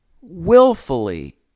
willfully